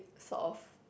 sort of